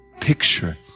picture